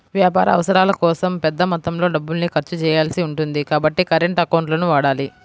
వ్యాపార అవసరాల కోసం పెద్ద మొత్తంలో డబ్బుల్ని ఖర్చు చేయాల్సి ఉంటుంది కాబట్టి కరెంట్ అకౌంట్లను వాడాలి